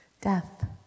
Death